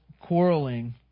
quarreling